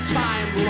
time